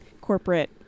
corporate